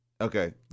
Okay